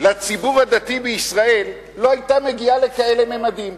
לציבור הדתי בישראל לא היתה מגיעה לכאלה ממדים.